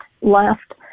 left